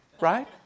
right